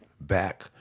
back